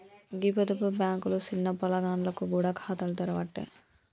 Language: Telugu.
గీ పొదుపు బాంకులు సిన్న పొలగాండ్లకు గూడ ఖాతాలు తెరవ్వట్టే